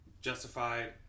justified